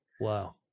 Wow